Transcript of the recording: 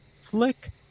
flick